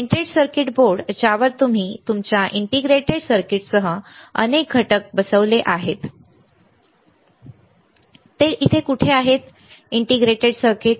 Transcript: printed circuit board ज्यावर तुम्ही तुमच्या इंटिग्रेटेड सर्किटसह अनेक घटक बसवले आहेत ते इथे कुठे आहे इंटिग्रेटेड सर्किट